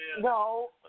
No